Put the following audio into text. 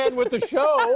and with the show.